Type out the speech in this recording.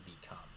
become